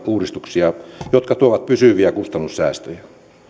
uudistuksia jotka tuovat pysyviä kustannussäästöjä